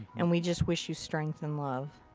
and we just wish you strength and love.